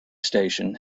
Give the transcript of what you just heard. station